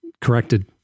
corrected